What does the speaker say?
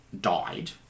died